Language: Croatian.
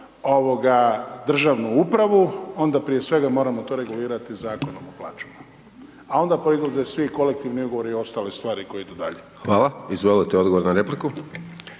državnu upravu onda prije svega moramo to regulirati Zakonom o plaćama, a onda proizlaze svi kolektivni ugovori i ostale stvari koje idu dalje. **Hajdaš Dončić,